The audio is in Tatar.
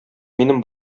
минем